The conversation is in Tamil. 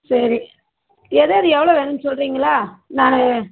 சரி எதெது எவ்வளோ வேணும்னு சொல்றிங்களா நான்